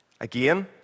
Again